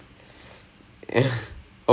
so